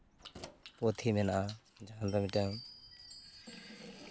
ᱯᱩᱛᱷᱤ ᱢᱮᱱᱟᱜᱼᱟ ᱡᱟᱦᱟᱸ ᱫᱚ ᱢᱤᱫᱴᱟᱝ